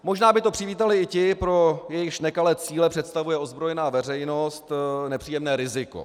Možná by to přivítali ti, pro jejichž nekalé cíle představuje ozbrojená veřejnost nepříjemné riziko.